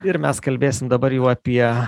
ir mes kalbėsim dabar jau apie